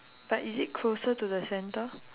but is it closer to the center